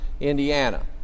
Indiana